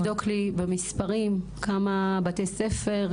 את יכולה לבדוק לי במספרים כמה בתי ספר,